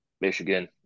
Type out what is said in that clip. Michigan